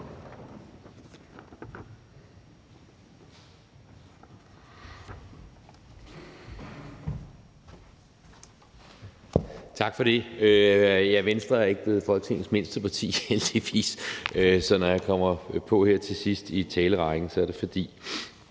Tak for det. Ja, Venstre er ikke blevet Folketingets mindste parti – heldigvis. Så når jeg kommer på her til sidst i talerrækken, er det, fordi